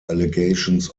allegations